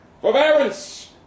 Forbearance